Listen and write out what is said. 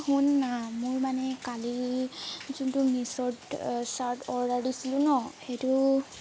অ' শুননা মোৰ মানে কালি যোনটো মিছোত শ্বাৰ্ট অৰ্ডাৰ দিছিলো ন সেইটো